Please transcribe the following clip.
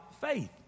faith